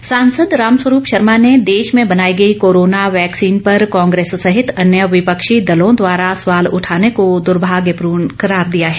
रामस्वरूप सांसद रामस्वरूप शर्मा ने देश में बनाई गई कोरोना वैक्सीन पर कांग्रेस सहित अन्य विपक्षी दलों द्वारा सवाल उठाने को द्भाग्यपूर्ण करार दिया है